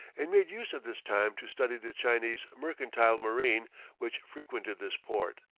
and made use of this time to study the chinese mercantile marine which frequented this port.